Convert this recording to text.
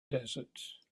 desert